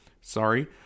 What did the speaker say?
sorry